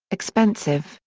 expensive,